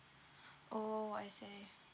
orh I see